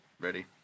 ready